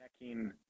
necking